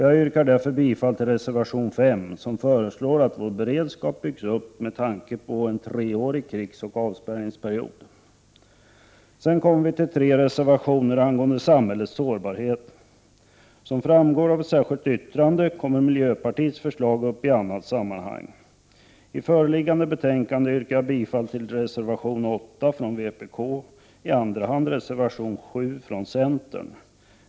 Jag yrkar därför bifall till reservation 5, där man föreslår att vår beredskap byggs upp med tanke på en treårig krigsoch avspärrningsperiod. Sedan finns det tre reservationer angående samhällets sårbarhet. Som framgår av ett särskilt yttrande kommer miljöpartiets förslag upp i annat sammanhang. I föreliggande betänkande yrkar jag bifall till reservation 8 från vpk, och i andra hand reservation 7 från centern.